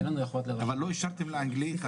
אין לנו יכולת --- אבל לא אישרתם לאנגלי.